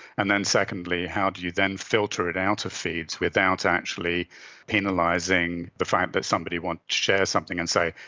and then secondly how do you then filter it out of feeds without actually penalising the fact that somebody wants to share something and say,